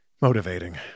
motivating